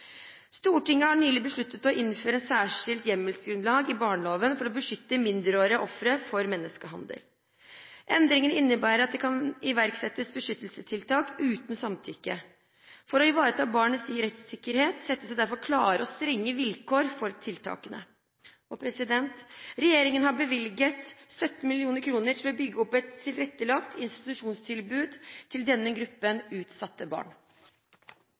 Stortinget har nylig besluttet å innføre et særskilt hjemmelsgrunnlag i barneloven for å beskytte mindreårige ofre for menneskehandel. Endringen innebærer at det kan iverksettes beskyttelsestiltak uten samtykke. For å ivareta barnas rettssikkerhet settes det derfor klare og strenge vilkår for tiltakene. Regjeringen har bevilget 17 mill. kr til å bygge opp et tilrettelagt institusjonstilbud til denne gruppen utsatte barn.